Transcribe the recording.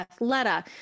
Athleta